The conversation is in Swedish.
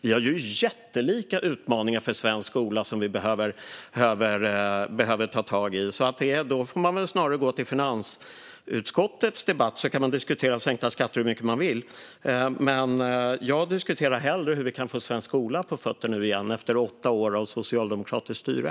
Vi har jättelika utmaningar för svensk skola som vi behöver ta tag i. I finansutskottets debatt kan man diskutera sänkta skatter hur mycket man vill. Jag diskuterar hellre hur vi kan få svensk skola på fötter nu igen efter åtta år av socialdemokratiskt styre.